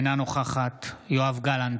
אינה נוכחת יואב גלנט,